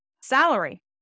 salary